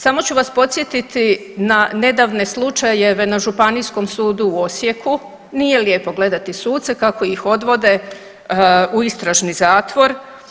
Samo ću vas podsjetiti na nedavne slučajeve na Županijskom sudu u Osijeku, nije lijepo gledati suce kako ih odvode u istražni zatvor.